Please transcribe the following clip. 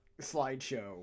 slideshow